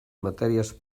matèries